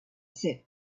set